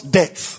death